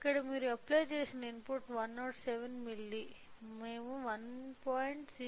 ఇక్కడ మీరు అప్లై చేసిన ఇన్పుట్ 107 మిల్లీ మేము 1